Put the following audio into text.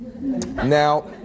Now